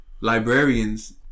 Librarians